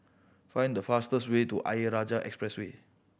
find the fastest way to Ayer Rajah Expressway